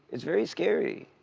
it's very scary.